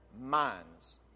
minds